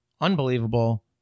Unbelievable